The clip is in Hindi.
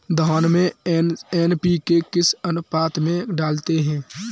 धान में एन.पी.के किस अनुपात में डालते हैं?